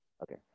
Okay